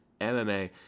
MMA